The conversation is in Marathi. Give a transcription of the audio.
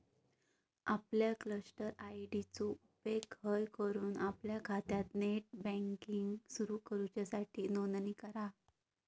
आपल्या क्लस्टर आय.डी चो उपेग हय करून आपल्या खात्यात नेट बँकिंग सुरू करूच्यासाठी नोंदणी करा